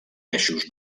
eixos